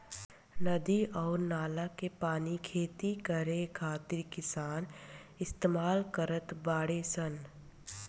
नदी अउर नाला के पानी खेती करे खातिर किसान इस्तमाल करत बाडे सन